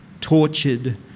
tortured